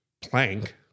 plank